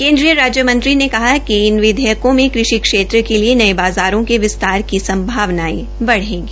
कन्द्रीय राज्य मंत्री ने कहा कि विधेयकों में कृषि क्षेत्र के लिए नये बाज़ारों के विस्तार की संभावनायें बढ़ेगी